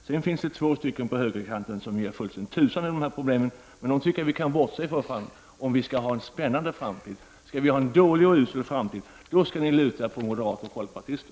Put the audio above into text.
Sedan finns det två partier på högerkanten som ger fullständigt tusan i problemen, men dessa tycker jag att vi kan bortse ifrån om vi skall ha en spännande framtid. Om ni vill ha en dålig och usel framtid skall ni luta er mot moderater och folkpartister.